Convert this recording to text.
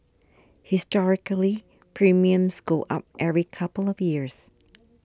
historically premiums go up every couple of years